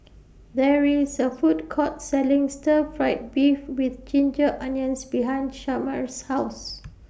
There IS A Food Court Selling Stir Fried Beef with Ginger Onions behind Shemar's House